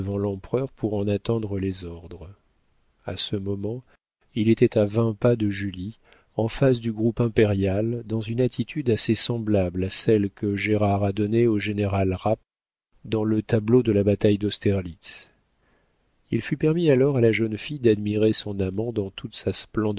l'empereur pour en attendre les ordres en ce moment il était à vingt pas de julie en face du groupe impérial dans une attitude assez semblable à celle que gérard a donnée au général rapp dans le tableau de la bataille d'austerlitz il fut permis alors à la jeune fille d'admirer son amant dans toute sa